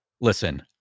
Listen